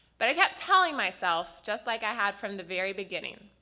but i kept telling myself just like i had from the very beginning,